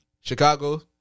Chicago